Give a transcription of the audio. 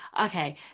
okay